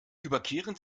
überqueren